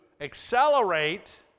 accelerate